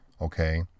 okay